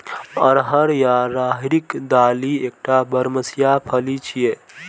अरहर या राहरिक दालि एकटा बरमसिया फली छियै